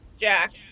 jack